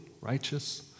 righteous